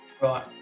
right